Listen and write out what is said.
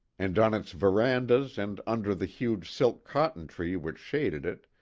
and on its verandas and under the huge silk cotton tree which shaded it,